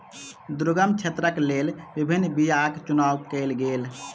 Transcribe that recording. दुर्गम क्षेत्रक लेल विभिन्न बीयाक चुनाव कयल गेल